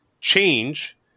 change